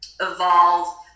evolve